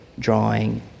drawing